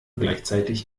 gleichzeitig